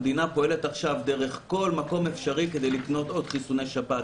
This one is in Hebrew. המדינה פועלת עכשיו דרך כל מקום אפשרי כדי לקנות עוד חיסוני שפעת.